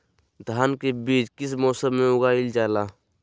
धान के बीज किस मौसम में उगाईल जाला?